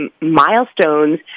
milestones